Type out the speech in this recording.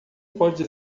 pode